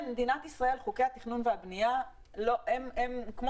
במדינת ישראל חוקי התכנון והבנייה כמו